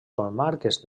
comarques